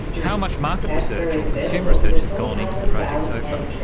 how much market research or consumer research has gone into the project so far?